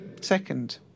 Second